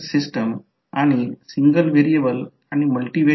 तर त्याचप्रमाणे येथे देखील i1 i2 मुळे येथे व्होल्टेज तयार केले जाईल म्हणून j M i1 i2